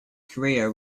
career